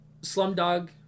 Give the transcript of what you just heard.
Slumdog